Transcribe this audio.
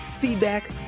feedback